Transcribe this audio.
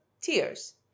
tears